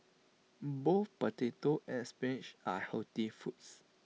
both potato and spinach are healthy foods